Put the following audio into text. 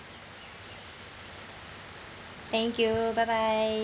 thank you bye bye